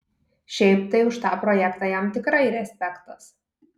šiaip tai už tą projektą jam tikrai respektas